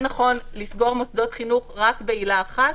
נכון לסגור מוסדות חינוך רק בעילה אחת,